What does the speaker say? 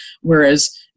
whereas